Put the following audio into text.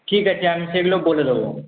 ঠিক আছে আমি সেগুলো বলে দেব